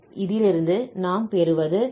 இதிலிருந்து நாம் பெறுவது ∝2